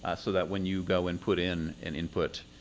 ah so that when you go and put in an input,